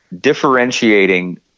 differentiating